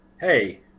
hey